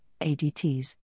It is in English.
ADTs